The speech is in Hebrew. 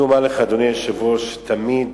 אני אומר לך, אדוני היושב-ראש, תמיד